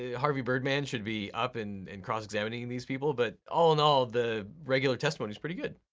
ah harvey birdman should be up and and cross examining these people but, all in all, the regular testimony's pretty good.